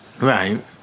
Right